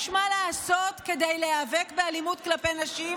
מה לעשות כדי להיאבק באלימות כלפי נשים,